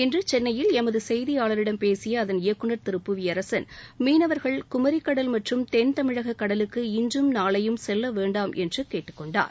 இன்று சென்னையில் எமது செய்தியாளரிடம் பேசிய அதன் இயக்குநர் திரு புவியரசன் மீனவர்கள் குமரிக்கடல் மற்றும் தென்தமிழக கடலுக்கு இனறும் நாளையும் செல்ல வேண்டாம் என்று கேட்டுக் கொண்டார்